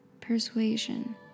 persuasion